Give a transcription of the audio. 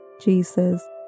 Jesus